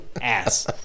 ass